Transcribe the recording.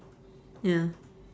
ya